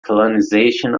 colonization